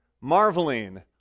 marveling